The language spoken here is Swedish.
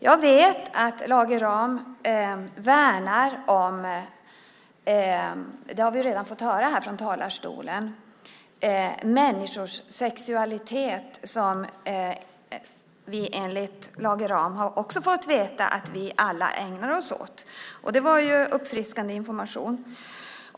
Jag vet att Lage Rahm - det har vi ju redan fått höra här från talarstolen - värnar om människors sexualitet, som vi också genom Lage Rahm fått veta att vi alla ägnar oss åt. Det var en uppfriskande information.